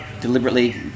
deliberately